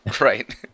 Right